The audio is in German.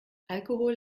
alkohol